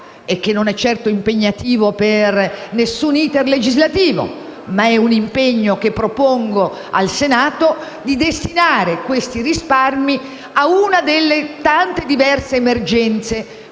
e che non è certo impegnativo per alcun *iter* legislativo - è un impegno che propongo al Senato - di destinare questi risparmi a una delle tante diverse emergenze.